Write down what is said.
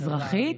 אזרחית.